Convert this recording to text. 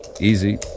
Easy